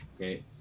Okay